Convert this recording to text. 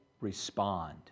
respond